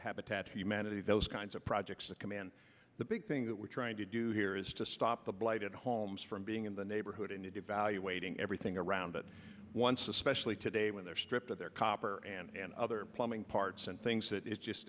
habitat for humanity those kinds of projects that command the big things that we're trying to do here is to stop the blighted homes from being in the neighborhood and evaluating everything around it once especially today when there stripped of their copper and other plumbing parts and things that it's just